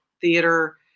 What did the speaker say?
theater